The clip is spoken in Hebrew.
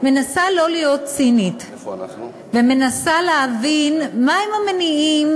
מנסה לא להיות צינית ומנסה להבין מה הם המניעים